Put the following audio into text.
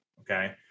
Okay